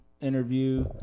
interview